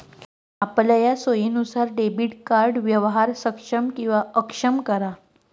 आपलया सोयीनुसार debit card व्यवहार सक्षम किंवा अक्षम करा